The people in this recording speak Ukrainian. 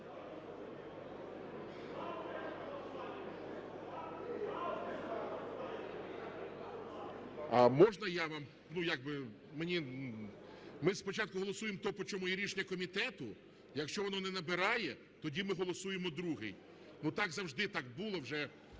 Ми спочатку голосуємо те, по чому є рішення комітету, якщо воно не набирає, тоді ми голосуємо другий. Ну, так завжди було вже